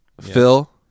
Phil